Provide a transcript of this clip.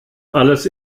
alles